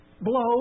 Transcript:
Blow